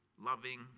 loving